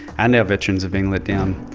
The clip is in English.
and our veterans are being let down.